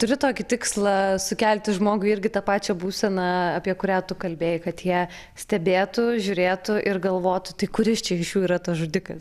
turi tokį tikslą sukelti žmogui irgi tą pačią būseną apie kurią tu kalbėjai kad jie stebėtų žiūrėtų ir galvotų tai kuris čia iš jų yra tas žudikas